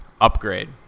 upgrade